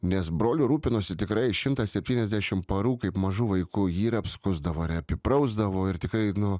nes broliu rūpinosi tikrai šimtą septyniasdešim parų kaip mažu vaiku jį ir apskusdavo ir apiprausdavo ir tikrai nu